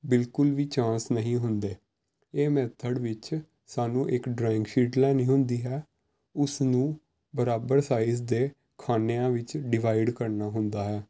ਬਿਲਕੁਲ ਵੀ ਚਾਂਸ ਨਹੀਂ ਹੁੰਦੇ ਇਹ ਮੈਥਡ ਵਿੱਚ ਸਾਨੂੰ ਇੱਕ ਡਰਾਇੰਗ ਸ਼ੀਟ ਲੈਣੀ ਹੁੰਦੀ ਹੈ ਉਸਨੂੰ ਬਰਾਬਰ ਸਾਈਜ਼ ਦੇ ਖਾਨਿਆਂ ਵਿੱਚ ਡਿਵਾਈਡ ਕਰਨਾ ਹੁੰਦਾ ਹੈ